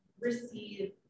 receive